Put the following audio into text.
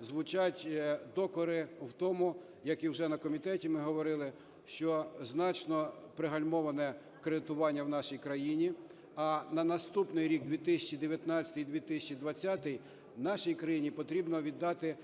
звучать докори в тому, як і вже на комітеті ми говорили, що значно пригальмоване кредитування в нашій країні, а наступний рік 2019 і 2020 нашій країні потрібно віддати